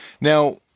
Now